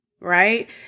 Right